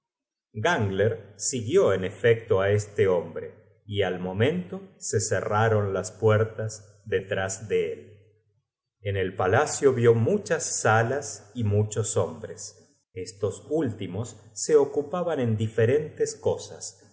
gangler siguió en efecto á este hombre y al momento se cerraron las puertas detrás de él en el palacio vió muchas salas y muchos hombres estos últimos se ocupaban en diferentes cosas